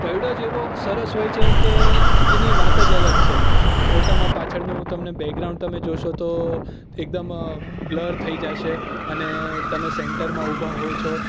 પડ્યો જ એવો સરસ હોય છે કે એની વાત જ અલગ છે ફોટામાં પાછળનું તમને બેગ્રાઉન્ડ તમે જોશો તો એકદમ બ્લર થઈ જશે અને તમે સેન્ટરમાં ઉભા હોવ છો